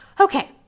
Okay